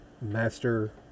master